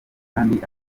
kandi